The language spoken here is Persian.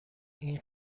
این